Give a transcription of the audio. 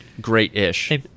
great-ish